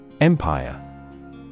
Empire